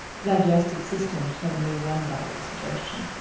to digested systems which have no one valuable suggestion.